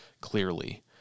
clearly